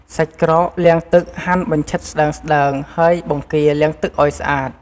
សាច់ក្រក លាងទឹកហាន់បញ្ឆិតស្ដើងៗ ហើយ បង្គា លាងទឹកឱ្យស្អាត។